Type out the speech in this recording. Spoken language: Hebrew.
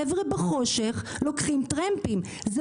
חבר'ה לוקחים טרמפים בחושך.